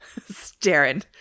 staring